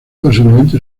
posiblemente